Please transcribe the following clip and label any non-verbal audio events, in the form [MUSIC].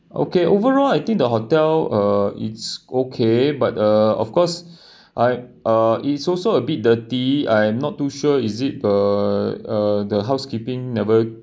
okay overall I think the hotel uh it's okay but uh of course [BREATH] I uh it's also a bit dirty I'm not too sure is it uh the housekeeping never